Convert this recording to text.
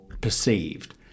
perceived